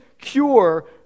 cure